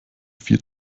vier